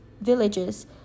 villages